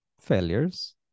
failures